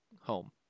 home